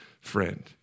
friend